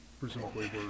presumably